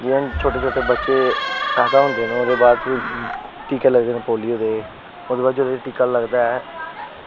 जियां छोटे छोटे बच्चे होंदे ओह्दे बाद जियां टीके लगदे न पोलियो दे ओह्दे बाद ते ओह्दे बाद जेह्का टीका लगदा ऐ